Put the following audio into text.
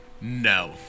No